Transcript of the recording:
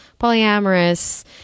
polyamorous